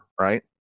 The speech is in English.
right